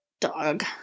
dog